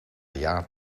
jaar